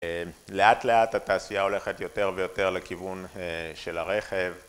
לאט לאט התעשייה הולכת יותר ויותר לכיוון של הרכב...